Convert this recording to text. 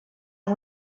amb